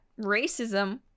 racism